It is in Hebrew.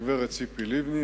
הגברת ציפי לבני,